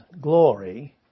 glory